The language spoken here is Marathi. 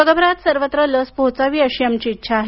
जगभरात सर्वत्र लस पोहोचावी अशी आमची इच्छा आहे